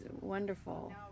wonderful